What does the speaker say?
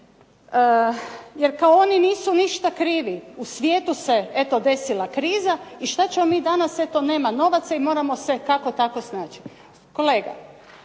Jer kao oni nisu ništa krivi. U svijetu se eto desila kriza i što ćemo mi danas, nemamo novaca i moramo se kako tako snaći. Kolega